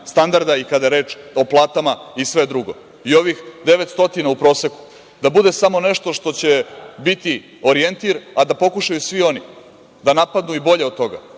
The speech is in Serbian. standarda i kada je reč o platama i sve drugo. I ovih 900 u proseku da bude samo nešto što će biti orijentir, a da pokušaju svi oni da napadnu i bolje od toga,